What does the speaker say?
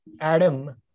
Adam